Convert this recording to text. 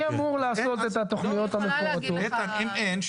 אני יכולה להגיד לך --- אם אין,